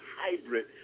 hybrid